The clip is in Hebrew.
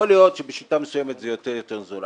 יכול להיות בשיטה מסוימת זה יוצא יותר זול.